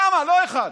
כמה, לא אחד.